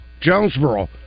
Jonesboro